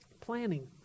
Planning